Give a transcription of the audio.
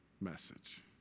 message